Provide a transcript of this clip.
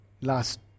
Last